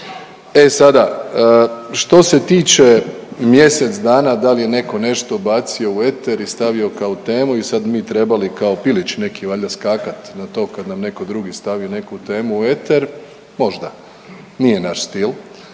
E sada, što se tiče mjesec dana da li je neko nešto bacio u eter i stavio kao temu i sad bi mi trebali kao pilići neki valjda skakat na to kad nam neko drugi stavi neku temu u eter, možda, nije naš stil.